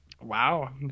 Wow